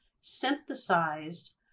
synthesized